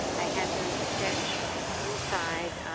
i had them sketch inside,